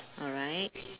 alright